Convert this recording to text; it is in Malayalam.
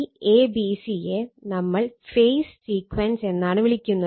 ഈ a b c യെ നമ്മൾ ഫേസ് സീക്വൻസ് phase sequence എന്നാണ് വിളിക്കുന്നത്